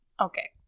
Okay